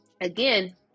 again